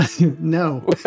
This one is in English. No